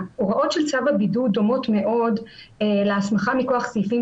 ההוראות של צו הבידוד דומות מאוד להסמכה מכוח סעיפים